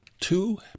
two